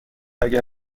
اگر